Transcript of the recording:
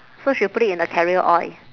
so she'll put it in a carrier oil